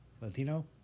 Latino